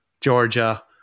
Georgia